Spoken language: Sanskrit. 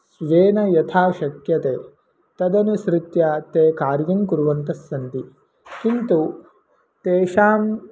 स्वेन यथा शक्यते तदनुसृत्य ते कार्यं कुर्वन्तः सन्ति किन्तु तेषां